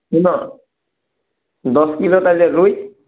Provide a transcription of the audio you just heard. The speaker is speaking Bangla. শোনো দশ কিলো তাহলে রুই